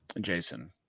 Jason